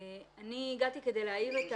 אני הגעתי כדי להאיר את